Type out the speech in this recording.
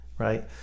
right